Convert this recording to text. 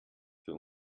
für